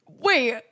Wait